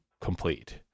complete